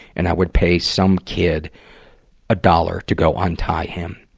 and i would pay some kid a dollar to go untie him.